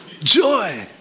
joy